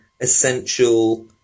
essential